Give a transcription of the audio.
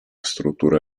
struttura